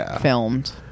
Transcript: filmed